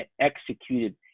executed